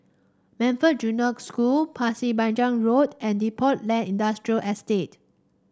Montfort Junior School Pasir Panjang Road and Depot Lane Industrial Estate